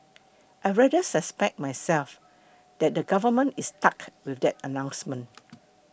I rather suspect myself that the government is stuck with that announcement